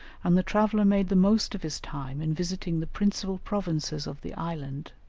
and the traveller made the most of his time in visiting the principal provinces of the island,